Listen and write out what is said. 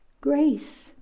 grace